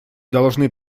должны